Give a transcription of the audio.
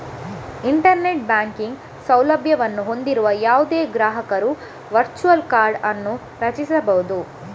internet banking ಸೌಲಭ್ಯವನ್ನು ಹೊಂದಿರುವ ಯಾವುದೇ ಗ್ರಾಹಕರು ವರ್ಚುವಲ್ ಕಾರ್ಡ್ ಅನ್ನು ರಚಿಸಬಹುದು